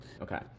Okay